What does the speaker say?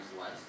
less